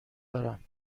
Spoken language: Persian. دارم